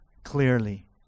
clearly